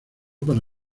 para